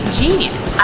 genius